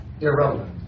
irrelevant